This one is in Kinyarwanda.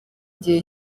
gihe